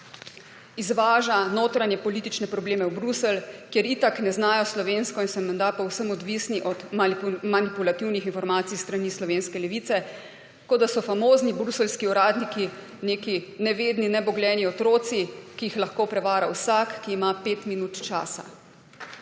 izvaža notranjepolitične probleme v Bruselj, ker itak ne znajo slovensko in so menda povsem odvisni od manipulativnih informacij s strani slovenske levice, kot da so famozni bruseljski uradniki neki nevedni, nebogljeni otroci, ki jih lahko prevara vsak, ki ima pet minut časa.